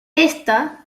ésta